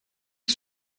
que